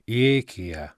įeik į ją